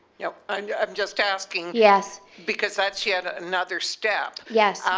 you know and i'm just asking. yes. because that's yet another step. yes.